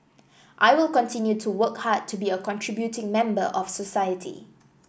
I will continue to work hard to be a contributing member of society